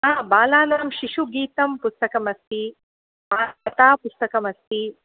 हा बालानां शिशुगीतं पुस्तकमस्ति वार्ता पुस्तकमस्ति